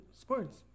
sports